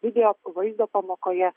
video vaizdo pamokoje